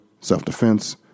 self-defense